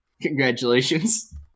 Congratulations